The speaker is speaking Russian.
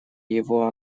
его